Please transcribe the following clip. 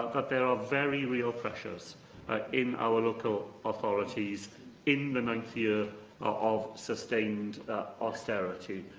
ah that there are very real pressures in our local authorities in the ninth year of sustained austerity.